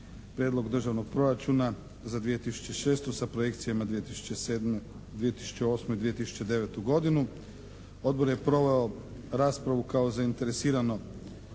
Prijedlog državnog proračuna za 2006. sa projekcijama 2008.-2009. godinu. Odbor je proveo raspravu kao zainteresirano